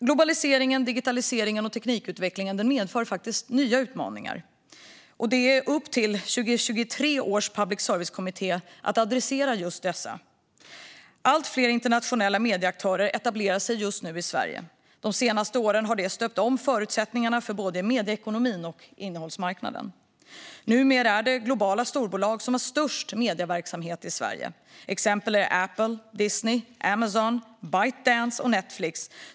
Globaliseringen, digitaliseringen och teknikutvecklingen medför nya utmaningar, och det är upp till 2023 års public service-kommitté att adressera dessa. Allt fler internationella medieaktörer etablerar sig just nu i Sverige. De senaste åren har det stöpt om förutsättningarna för både medieekonomin och innehållsmarknaden. Numera är det globala storbolag som har störst medieverksamhet i Sverige. Exempel är Apple, Disney, Amazon, Byte Dance och Netflix.